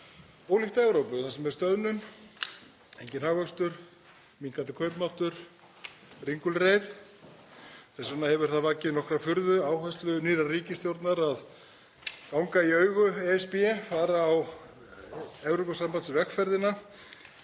ólíkt Evrópu þar sem er stöðnun, enginn hagvöxtur, minnkandi kaupmáttur og ringulreið. Þess vegna hefur vakið nokkra furðu áhersla nýrrar ríkisstjórnar að ganga í augu ESB, fara í Evrópusambandsvegferðina,